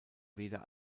weder